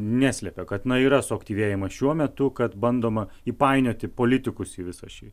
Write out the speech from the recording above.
neslepia kad yra suaktyvėjimas šiuo metu kad bandoma įpainioti politikus į visą šį